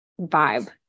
vibe